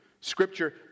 Scripture